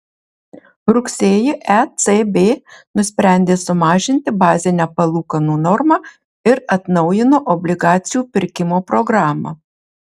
rugsėjį ecb nusprendė sumažinti bazinę palūkanų normą ir atnaujino obligacijų pirkimo programą